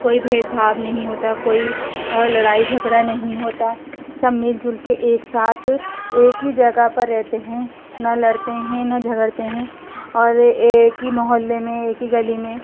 کوئی بھید بھاؤ نہیں ہوتا کوئی لڑائی جھگڑا نہیں ہوتا سب مل جل کے ایک ساتھ ایک ہی جگہ پر رہتے ہیں نہ لڑتے ہیں نہ جھگڑتے ہیں اور ایک ہی محلے میں ایک ہی گلی میں